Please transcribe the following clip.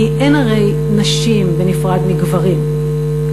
כי אין הרי נשים בנפרד מגברים,